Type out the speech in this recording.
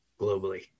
globally